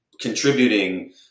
contributing